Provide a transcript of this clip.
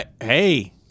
Hey